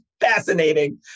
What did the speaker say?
fascinating